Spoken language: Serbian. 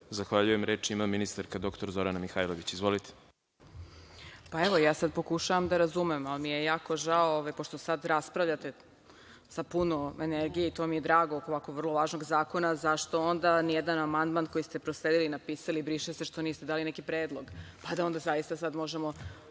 Hvala. Reč ima ministarka dr Zorana Mihajlović. **Zorana Mihajlović** Pokušavam da razumem, ali mi je jako žao, pošto sada raspravljate sa puno energije, i to mi je drago, oko ovako vrlo važnog zakona, zašto onda ni jedan amandman koji ste prosledili napisali briše se, što niste dali neki predlog, pa da onda zaista sada možemo